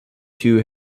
two